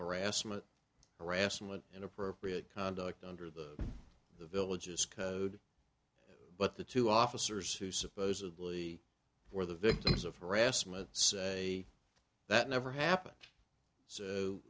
harassment harassment inappropriate conduct under the the villages code but the two officers who supposedly were the victims of harassment say that never happened so